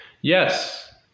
yes